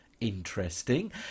interesting